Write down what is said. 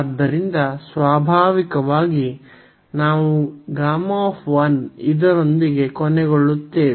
ಆದ್ದರಿಂದ ಸ್ವಾಭಾವಿಕವಾಗಿ ನಾವು Γ ಇದರೊಂದಿಗೆ ಕೊನೆಗೊಳ್ಳುತ್ತೇವೆ